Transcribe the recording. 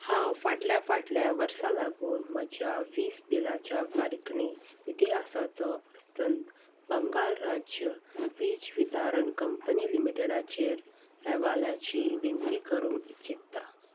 हांव फाटल्या फाटल्या वर्सा लागून म्हज्या वीस बिलाच्या फारीकणी इतिहासाचो अस्तन बंगाल राज्य वीज वितारण कंपनी लिमिटेडाचेर हवालाची विती करूंक इच्छिता